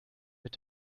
mit